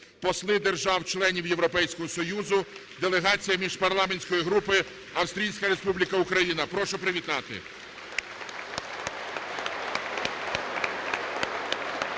посли держав-членів Європейського Союзу, делегація міжпарламентської групи Австрійська Республіка – Україна. Прошу привітати.